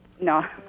No